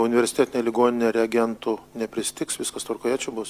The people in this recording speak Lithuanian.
universitetinė ligoninė reagentų nepristigs viskas tvarkoje čia bus